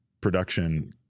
production